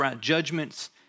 judgments